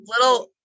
little